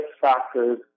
factors